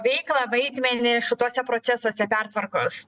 veiklą vaidmenį šituose procesuose pertvarkos